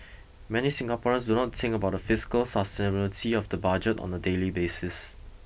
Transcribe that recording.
many Singaporeans do not think about the fiscal sustainability of the budget on the daily basis